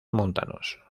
montanos